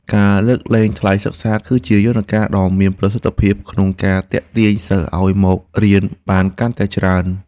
ការលើកលែងថ្លៃសិក្សាគឺជាយន្តការដ៏មានប្រសិទ្ធភាពក្នុងការទាក់ទាញសិស្សឱ្យមករៀនបានកាន់តែច្រើន។